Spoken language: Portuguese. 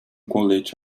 colete